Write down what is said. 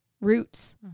roots